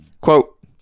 Quote